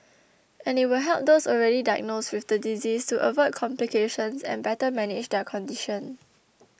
and it will help those already diagnosed with the disease to avoid complications and better manage their condition